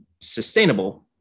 sustainable